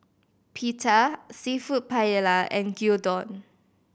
Pita Seafood Paella and Gyudon